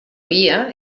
via